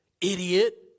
idiot